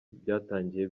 byatangiye